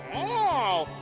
oh,